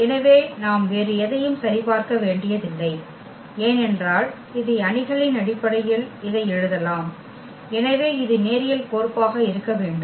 எனவே நாம் வேறு எதையும் சரிபார்க்க வேண்டியதில்லை ஏனென்றால் இதை அணிகளின் அடிப்படையில் இதை எழுதலாம் எனவே இது ஒரு நேரியல் கோர்ப்பாக இருக்க வேண்டும்